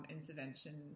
intervention